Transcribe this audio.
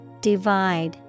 Divide